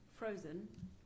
frozen